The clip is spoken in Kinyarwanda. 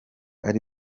ari